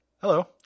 hello